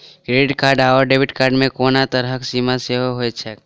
Credit card आओर debit card मे कोनो तरहक सीमा सेहो छैक की?